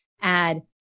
add